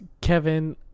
Kevin